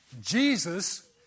Jesus